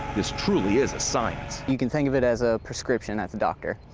this truly is a science. you can think of it as a description as a doctor.